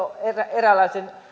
eräänlaisen